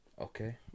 Okay